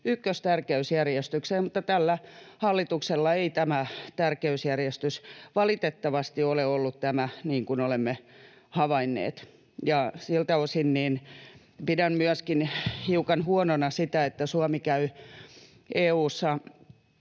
ykköstärkeysjärjestykseen, mutta tällä hallituksella ei tämä tärkeysjärjestys valitettavasti ole ollut tämä, niin kuin olemme havainneet, ja siltä osin pidän myöskin hiukan huonona sitä, että Suomi käy EU:ssa